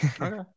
Okay